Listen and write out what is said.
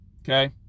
Okay